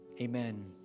amen